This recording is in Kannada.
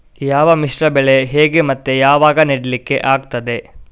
ಯಾವ ಮಿಶ್ರ ಬೆಳೆ ಹೇಗೆ ಮತ್ತೆ ಯಾವಾಗ ನೆಡ್ಲಿಕ್ಕೆ ಆಗ್ತದೆ?